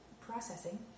processing